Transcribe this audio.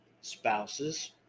spouses